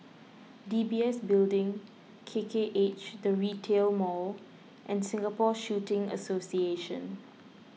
D B S Building K K H the Retail Mall and Singapore Shooting Association